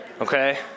Okay